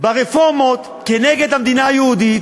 ברפורמות כנגד המדינה היהודית.